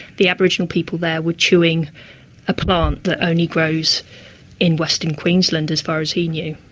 the aboriginal people there were chewing a plant that only grows in western queensland as far as he knew.